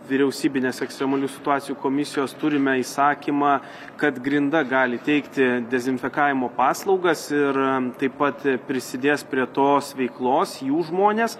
vyriausybinės ekstremalių situacijų komisijos turime įsakymą kad grinda gali teikti dezinfekavimo paslaugas ir taip pat prisidės prie tos veiklos jų žmonės